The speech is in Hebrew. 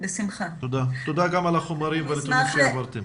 תודה גם החומרים והנתונים שהעברתם.